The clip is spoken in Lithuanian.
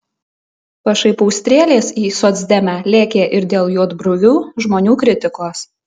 pašaipų strėlės į socdemę lėkė ir dėl juodbruvių žmonių kritikos